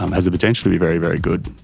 um has the potential to be very, very good,